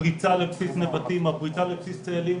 הפריצה לבסיס נבטים, הפריצה לבסיס צאלים.